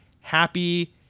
happy